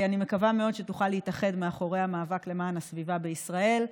אני מקווה מאוד שתוכל להתאחד מאחורי המאבק למען הסביבה בישראל.